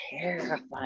terrifying